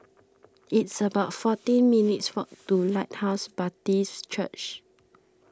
it's about fourteen minutes' walk to Lighthouse Baptist Church